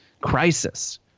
crisis